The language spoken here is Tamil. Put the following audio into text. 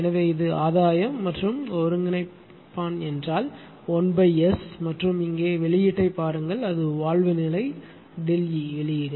எனவே இது ஆதாயம் மற்றும் ஒருங்கிணைப்பான் என்றால் 1S மற்றும் இங்கே வெளியீட்டைப் பாருங்கள் அது வால்வு நிலை ofE வெளியீடு